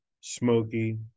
smoky